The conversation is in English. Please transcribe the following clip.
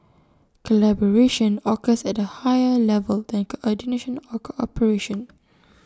collaboration occurs at A higher level than coordination low or cooperation